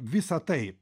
visa tai